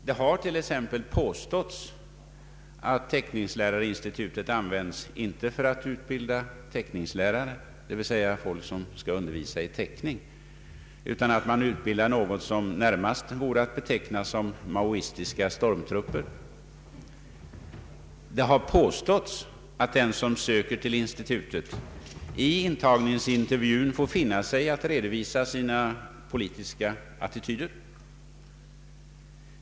Det har t.ex. påståtts att teckningslärarinstitutet används inte för att utbilda teckningslärare, d. v. s. folk som skall undervisa i teckning, utan för att utbilda något som närmast vore att beteckna såsom maoistiska stormtrupper. Det har påståtts att den som söker till institutet i intagningsintervjun får finna sig i att redovisa sina politiska attityder.